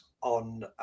On